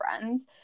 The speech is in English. friends